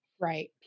Right